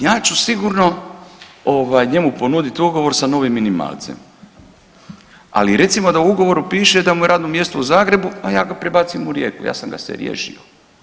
Ja ću sigurno njemu ponudit ugovor sa novim minimalcem, ali recimo da u ugovoru piše da mu je radno mjesto u Zagrebu, a ja ga prebacim u Rijeku, ja sam ga se riješio.